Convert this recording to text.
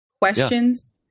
Questions